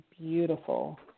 beautiful